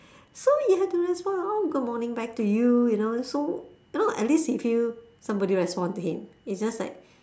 so you have to respond oh good morning back to you you know so now at least he feel somebody respond to him it's just like